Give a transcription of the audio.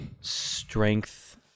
Strength